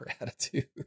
attitude